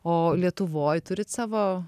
o lietuvoj turit savo